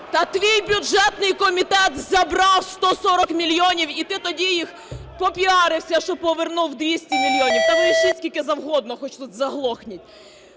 та твій бюджетний комітет забрав 140 мільйонів, і ти тоді попіарився, що повернув 200 мільйонів. (Шум у залі) Та верещіть, скільки завгодно, хоч тут заглохніть!